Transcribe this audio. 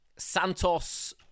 Santos